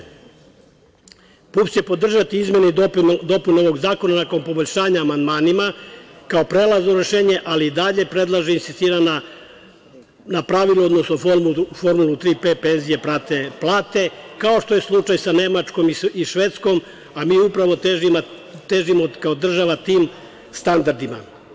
Partija ujedinjenih penzionera Srbije će podržati izmene i dopune ovog zakona nakon poboljšanja amandmanima kao prelazno rešenje, ali i dalje predlaže i insistira na pravilu, odnosno 3P - penzije prate plate, kao što je slučaj sa Nemačkom i Švedskom, a mi upravo težimo kao država tim standardima.